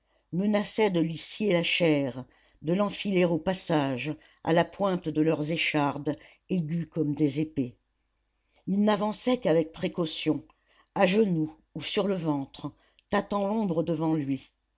menaçaient de lui scier la chair de l'enfiler au passage à la pointe de leurs échardes aiguës comme des épées il n'avançait qu'avec précaution à genoux ou sur le ventre tâtant l'ombre devant lui